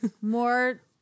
More